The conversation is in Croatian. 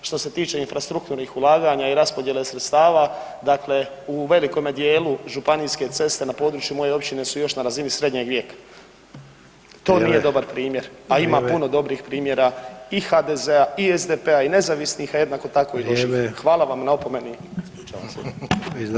Što se tiče infrastrukturnih ulaganja i raspodjele sredstava, dakle u velikome dijelu županijske ceste na području moje općine su još na razini srednjeg vijeka [[Upadica: Vrijeme]] To nije dobar primjer, [[Upadica: Vrijeme]] a ima puno dobrih primjera i HDZ-a i SDP-a i nezavisnih, [[Upadica: Vrijeme]] a jednako tako i … [[Govornik se ne razumije]] Hvala vam na opomeni.